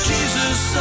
Jesus